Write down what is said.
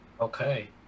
Okay